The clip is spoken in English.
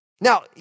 Now